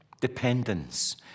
dependence